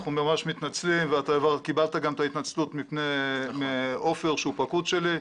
אנחנו ממש מתנצלים ואתה גם קיבלת את ההתנצלות מעופר שהוא פקוד שלי.